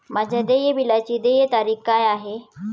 माझ्या देय बिलाची देय तारीख काय आहे?